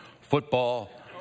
football